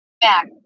Back